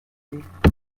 député